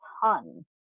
ton